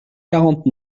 quarante